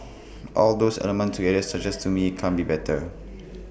all those elements together suggest to me can't be better